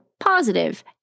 positive